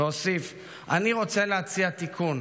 והוסיף: "אני רוצה להציע תיקון: